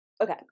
Okay